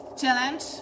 challenge